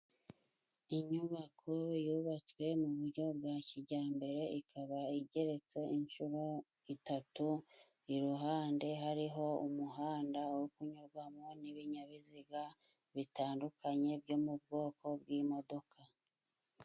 Inyubako yubatswe mu buryo bwa kijyambere ikaba igeretse inshuro itatu, Iruhande hariho umuhanda wo kunyurwamo n'ibinyabiziga bitandukanye byo mu bwoko bw'imodoka.